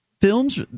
films